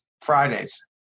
fridays